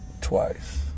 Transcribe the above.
Twice